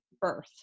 birth